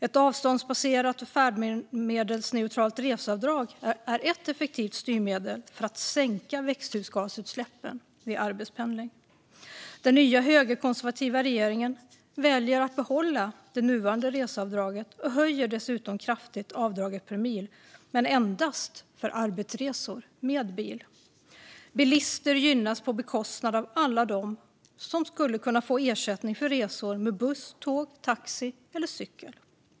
Ett avståndsbaserat och färdmedelsneutralt reseavdrag är ett effektivt styrmedel för att sänka växthusgasutsläppen vid arbetspendling. Den nya högerkonservativa regeringen väljer att behålla det nuvarande reseavdraget och dessutom kraftigt höja avdraget per mil, men endast för arbetsresor med bil. Bilister gynnas på bekostnad av alla som skulle kunna få ersättning för resor med buss, tåg, taxi eller cykel.